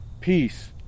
peace